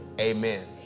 Amen